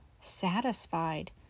satisfied